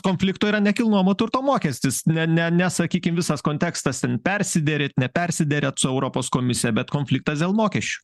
konflikto yra nekilnojamo turto mokestis ne ne ne sakykim visas kontekstas ten persiderėt ne persiderėt su europos komisija bet konfliktas dėl mokesčių